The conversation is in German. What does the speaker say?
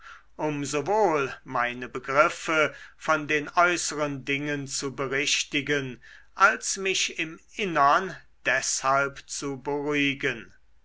sowohl meine begriffe von den äußeren dingen zu berichtigen als mich im innern deshalb zu beruhigen